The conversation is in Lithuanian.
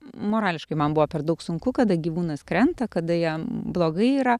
morališkai man buvo per daug sunku kada gyvūnas krenta kada jam blogai yra